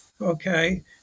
Okay